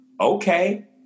okay